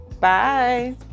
bye